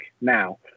now